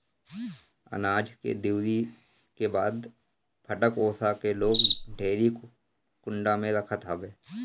अनाज के दवरी के बाद फटक ओसा के लोग डेहरी कुंडा में रखत हवे